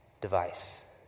device